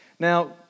Now